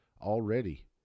already